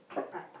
Prata